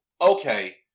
okay